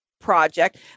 project